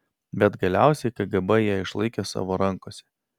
bet galiausiai kgb ją išlaikė savo rankose